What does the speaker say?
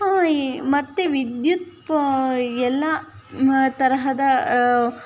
ಮತ್ತು ವಿದ್ಯುತ್ ಎಲ್ಲ ತರಹದ